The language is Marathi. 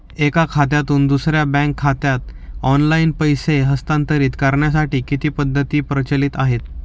एका खात्यातून दुसऱ्या बँक खात्यात ऑनलाइन पैसे हस्तांतरित करण्यासाठी किती पद्धती प्रचलित आहेत?